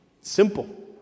Simple